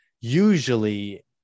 usually